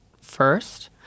first